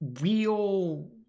real